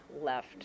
left